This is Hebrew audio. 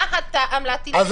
מה את רוצה?